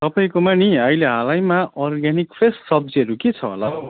तपाईँँकोमा नि अहिले हालैमा अर्ग्यानिक फ्रेस सब्जीहरू के छ होला हौ